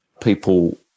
people